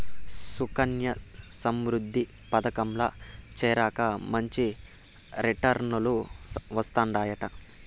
సుకన్యా సమృద్ధి పదకంల చేరాక మంచి రిటర్నులు వస్తందయంట